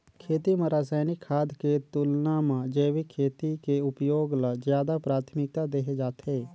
खेती म रसायनिक खाद के तुलना म जैविक खेती के उपयोग ल ज्यादा प्राथमिकता देहे जाथे